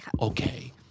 Okay